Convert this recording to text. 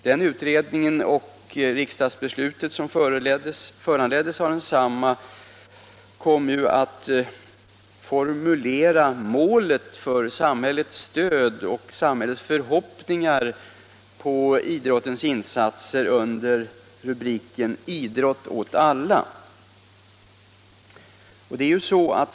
Den utredningen och det riksdagsbeslut som föranleddes av den kom att formulera målet för samhällets stöd till och förhoppningar om idrotten under rubriken Idrott åt alla.